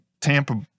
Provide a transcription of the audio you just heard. Tampa